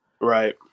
right